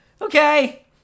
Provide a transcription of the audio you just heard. Okay